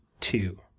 two